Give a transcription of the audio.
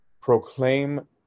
Proclaim